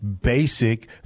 basic